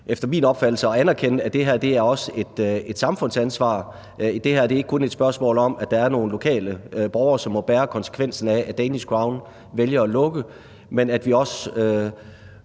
efter min opfattelse er vigtigt at anerkende, at det her også er et samfundsansvar. Det her er ikke kun et spørgsmål om, at der er nogle lokale borgere, som må bære konsekvensen af, at Danish Crown vælger at lukke, men at vi også